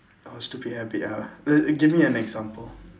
oh stupid habit ah err give me an example